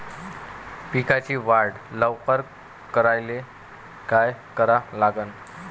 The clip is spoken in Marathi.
पिकाची वाढ लवकर करायले काय करा लागन?